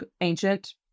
ancient